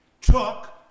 took